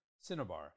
cinnabar